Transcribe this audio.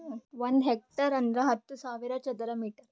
ಒಂದ್ ಹೆಕ್ಟೇರ್ ಅಂದರ ಹತ್ತು ಸಾವಿರ ಚದರ ಮೀಟರ್